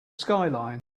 skyline